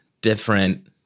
different